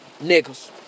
Niggas